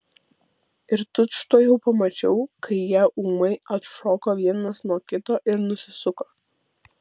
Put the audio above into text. ir tučtuojau pamačiau kai jie ūmai atšoko vienas nuo kito ir nusisuko